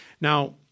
Now